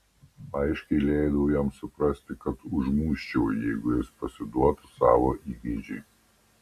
aiškiai leidau jam suprasti kad užmuščiau jeigu jis pasiduotų savo įgeidžiui